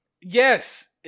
Yes